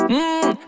Mmm